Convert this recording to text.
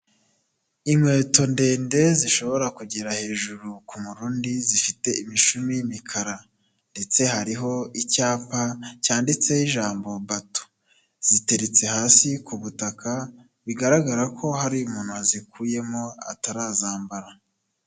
Inkweto ndende zishobora kugera hejuru ku murundi zifite imishumi y'imikara ndetse hariho icyapa cyanditseho ijambo 'Bato'. Ziteretse hasi ku butaka, bigaragara ko hari umuntu wazikuyemo atarazambara.